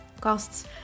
costs